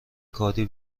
کاری